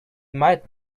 might